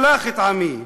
שלח את עמי.